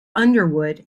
underwood